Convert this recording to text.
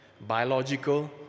biological